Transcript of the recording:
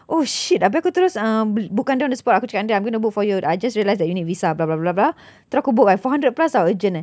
oh shit abeh aku terus uh beli book kan dia on the spot aku cakap dengan dia I'm going to book for you I just realized that you need visa blah blah blah blah terus aku book eh four hundred plus [tau] urgent eh